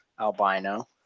albino